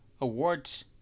Awards